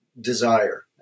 Desire